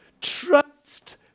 Trust